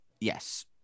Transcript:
yes